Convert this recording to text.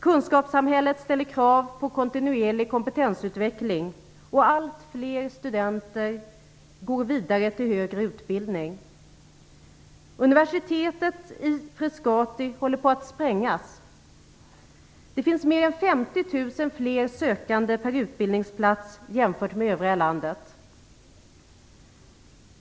Kunskapssamhället ställer krav på kontinuerlig kompetensutveckling, och allt fler studenter går vidare till högre utbildning. Universitetet i Frescati håller på att sprängas. Det finns 50 000 fler sökande per utbildningsplats jämfört med övriga landet.